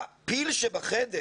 הפיל שבחדר